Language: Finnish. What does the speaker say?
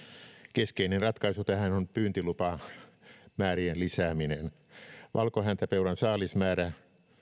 keskeinen ratkaisu tähän on pyyntilupamäärien lisääminen valkohäntäpeuran saalismäärä